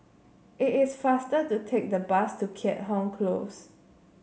it is faster to take the bus to Keat Hong Close